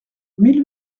mille